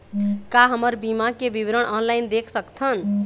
का हमर बीमा के विवरण ऑनलाइन देख सकथन?